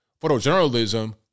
photojournalism